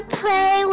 play